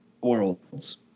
worlds